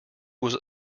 was